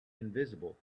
invisible